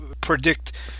predict